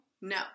No